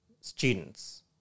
students